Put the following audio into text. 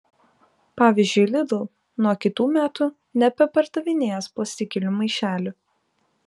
pavyzdžiui lidl nuo kitų metų nebepardavinės plastikinių maišelių